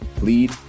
lead